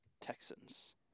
Texans